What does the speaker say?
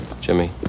Jimmy